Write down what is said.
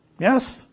Yes